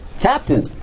Captain